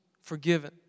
forgiven